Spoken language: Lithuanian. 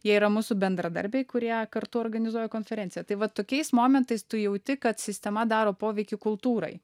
jie yra mūsų bendradarbiai kurie kartu organizuoja konferenciją tai va tokiais momentais tu jauti kad sistema daro poveikį kultūrai